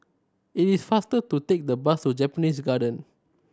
it is faster to take the bus to Japanese Garden